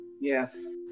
Yes